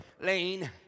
lane